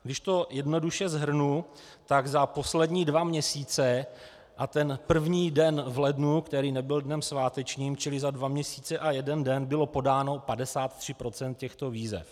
Když to jednoduše shrnu, tak za poslední dva měsíce a ten první den v lednu, který nebyl dnem svátečním, čili za dva měsíce a jeden den bylo podáno 53 % těchto výzev.